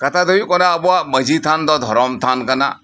ᱠᱟᱛᱷᱟ ᱫᱚ ᱦᱩᱭᱩᱜ ᱠᱟᱱᱟ ᱟᱵᱚᱣᱟᱜ ᱢᱟᱡᱷᱤ ᱛᱷᱟᱱ ᱫᱚ ᱫᱷᱚᱨᱚᱢ ᱛᱷᱟᱱ ᱠᱟᱱᱟ